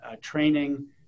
training